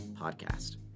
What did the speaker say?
podcast